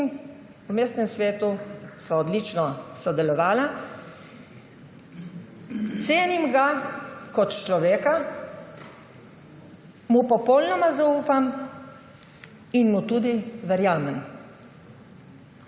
V mestnem svetu sva odlično sodelovala. Cenim ga kot človeka, mu popolnoma zaupam in mu tudi verjamem.